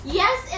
yes